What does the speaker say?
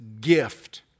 gift